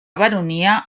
baronia